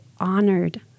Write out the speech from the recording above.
honored